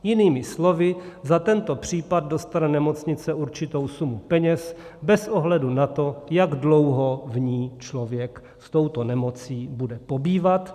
Jinými slovy, za tento případ dostane nemocnice určitou sumu peněz bez ohledu na to, jak dlouho v ní člověk s touto nemocí bude pobývat.